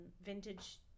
vintage